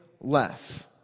less